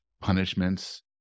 punishments